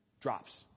drops